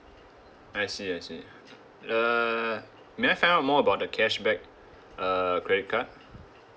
I see I see uh may I find out more about the cashback uh credit card